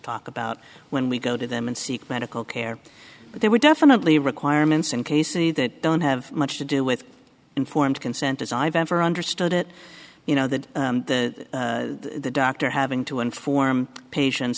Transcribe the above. talk about when we go to them and seek medical care but there were definitely requirements in k c that don't have much to do with informed consent as i've ever understood it you know that that the doctor having to inform patients